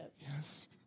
Yes